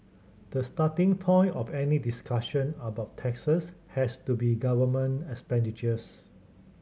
the starting point of any discussion about taxes has to be government expenditures